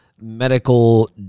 medical